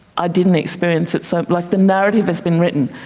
i didn't experience it, so like the narrative has been written,